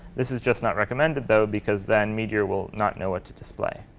this is just not recommended though because then meteor will not know what to display.